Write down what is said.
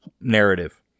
narrative